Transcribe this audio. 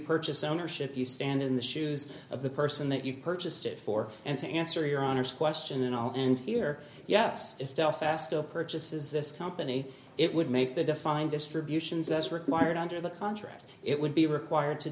purchase ownership you stand in the shoes of the person that you purchased it for and to answer your honor's question and all and fear yes if belfast still purchases this company it would make the defined distributions that's required under the contract it would be required to